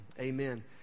Amen